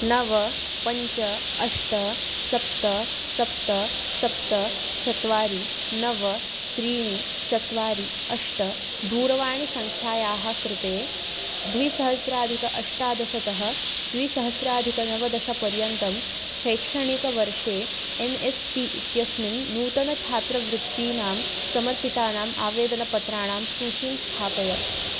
नव पञ्च अष्ट सप्त सप्त सप्त चत्वारि नव त्रीणि चत्वारि अष्ट दूरवाणिसङ्ख्यायाः कृते द्विसहस्राधिक अष्टादशतः द्विसहस्राधिकनवदशपर्यन्तं शैक्षणिकवर्षे एन् एस् पी इत्यस्मिन् नूतनछात्रवृत्तीनां समर्पितानाम् आवेदनपत्राणां सूचीं स्थापय